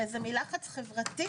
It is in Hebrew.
הרי זה מלחץ חברתי.